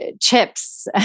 chips